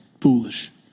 foolish